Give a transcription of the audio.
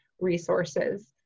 resources